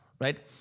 right